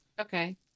okay